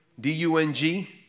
D-U-N-G